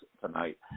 tonight